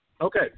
Okay